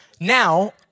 Now